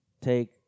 Take